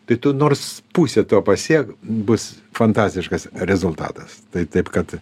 tai tu nors pusę to pasiek bus fantastiškas rezultatas tai taip kad